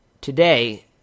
today